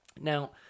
now